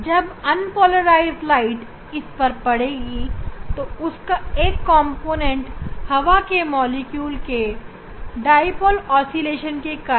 जब अनपोलराइज्ड प्रकाश इस पर पड़ेगी तब उसका एक कॉम्पोनेंट हवा के मॉलिक्यूल के डाईपोल ऑस्किलेशन के कारण